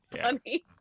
funny